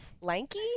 Lanky